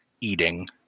eating